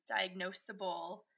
diagnosable